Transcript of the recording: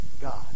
God